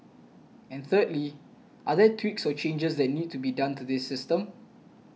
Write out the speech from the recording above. and thirdly are there tweaks or changes that need to be done to this system